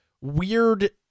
weird